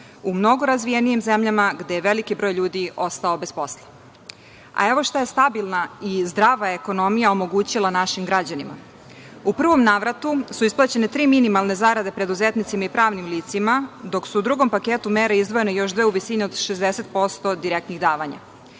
u mnogo razvijenijim zemljama, gde je veliki broj ljudi ostao bez posla. Evo šta je stabilna i zdrava ekonomija omogućila našim građanima. U prvom navratu su isplaćene tri minimalne zarade preduzetnicima i pravnim licima, dok su u drugom paketu mera izdvojene još dve u visini od 60% direktnih davanja. Pored